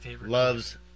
Loves